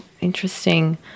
Interesting